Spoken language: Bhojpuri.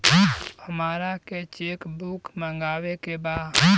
हमारा के चेक बुक मगावे के बा?